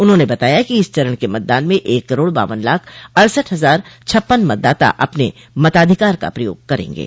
उन्होंने बताया कि इस चरण के मतदान में एक करोड़ बावन लाख अड़सठ हजार छप्पन मतदाता अपने मताधिकार का इस्तेमाल करेंगे